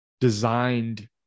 designed